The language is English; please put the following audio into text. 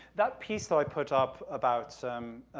that piece that i put up about, so um,